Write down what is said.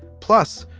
plus,